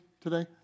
today